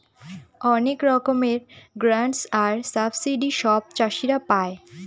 অনেক রকমের গ্রান্টস আর সাবসিডি সব চাষীরা পাই